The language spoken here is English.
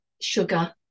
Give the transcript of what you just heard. sugar